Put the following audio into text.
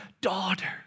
daughter